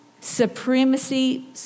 supremacy